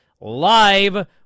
live